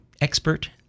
expert